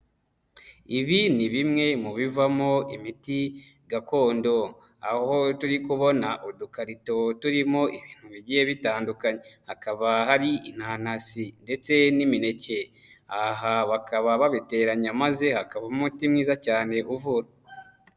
Ibi ni bimwe mu bivamo imiti gakondo, aho turi kubona udukarito turimo ibintu bigiye bitandukanye, hakaba hari inanasi ndetse n'imineke, aha bakaba babiteranya maze hakavamo umuti mwiza cyane uvura.